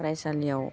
फरायसालियाव